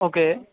okay